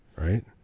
Right